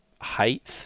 height